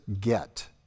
get